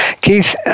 Keith